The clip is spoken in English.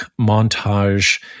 montage